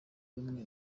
bamwe